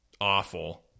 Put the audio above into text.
awful